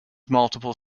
multiple